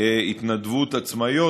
התנדבות עצמאיות.